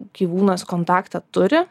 gyvūnas kontaktą turi